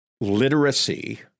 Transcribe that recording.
literacy